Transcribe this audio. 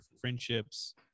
friendships